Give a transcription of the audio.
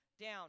down